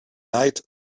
night